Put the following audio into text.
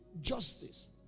justice